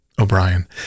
O'Brien